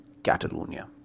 Catalonia